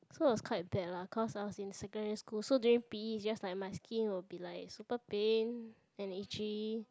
so it was quite bad lah cause I was in secondary school so during p_e it's just like my skin will be like super pain and itchy